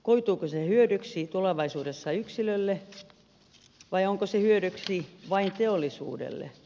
koituuko se hyödyksi tulevaisuudessa yksilölle vai onko se hyödyksi vain teollisuudelle